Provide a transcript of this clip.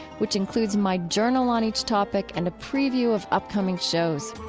which includes my journal on each topic and a preview of upcoming shows.